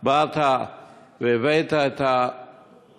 אתה באת והבאת את הפעולה